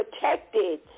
protected